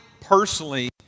personally